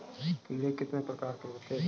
कीड़े कितने प्रकार के होते हैं?